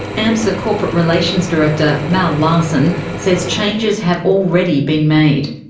amsa corporate relations director mal larsen says changes have already been made.